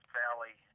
valley